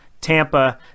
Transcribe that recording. Tampa